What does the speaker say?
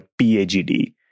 PAGD